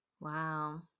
Wow